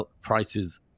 prices